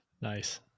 Nice